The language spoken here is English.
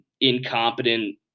incompetent